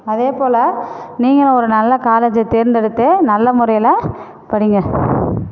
அதே போல் நீங்களும் ஒரு நல்ல காலேஜை தேர்ந்தெடுத்து நல்ல முறையில் படிங்க